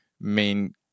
main